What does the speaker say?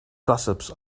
gossips